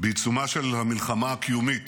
בעיצומה של המלחמה הקיומית